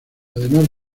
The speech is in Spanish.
además